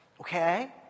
Okay